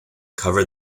cover